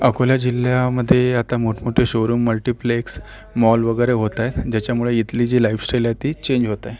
अकोला जिल्ह्यामध्ये आता मोठमोठे शोरूम मल्टिप्लेक्स मॉल वगैरे होत आहे ज्याच्यामुळे इथली जी लाईफस्टाईल आहे ती चेंज होत आहे